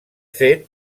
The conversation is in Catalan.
fet